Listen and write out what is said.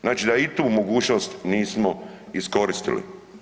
Znači da i tu mogućnost nismo iskoristili.